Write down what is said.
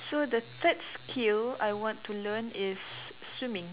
so the third skill I want to learn is swimming